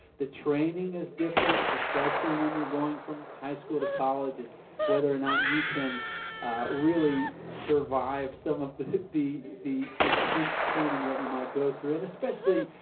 the training is different, especially when you're going from high school to college. it's whether or not you can really survive some of the the intense training that you might go through. and especially,